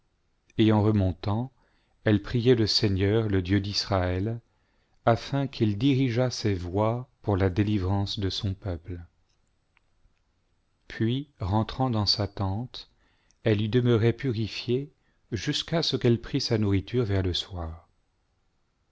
et en remontant elle priait le seigneur le dieu d'israël afin qu'il dirigeât ses voies pour la délivrance de son peuple puis rentrant dans sa tente elle y demeurait purifiée jusqu'à ce qu'elle prît sa nourriture vers le soir